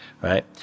right